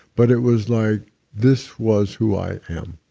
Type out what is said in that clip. but it was like this was who i am,